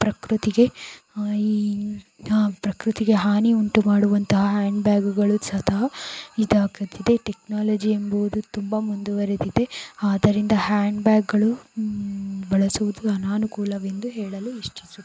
ಪ್ರಕೃತಿಗೆ ಈ ಪ್ರಕೃತಿಗೆ ಹಾನಿ ಉಂಟು ಮಾಡುವಂತಹ ಹ್ಯಾಂಡ್ ಬ್ಯಾಗ್ಗಳು ಸದಾ ಇದಾಗುತ್ತಿದೆ ಟೆಕ್ನಾಲಜಿ ಎಂಬುವುದು ತುಂಬ ಮುಂದುವರೆದಿದೆ ಆದ್ದರಿಂದ ಹ್ಯಾಂಡ್ ಬ್ಯಾಗ್ಗಳು ಬಳಸುವುದು ಅನನುಕೂಲವೆಂದು ಹೇಳಲು ಇಚ್ಛಿಸುತ್ತೇನೆ